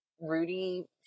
rudy